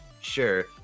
sure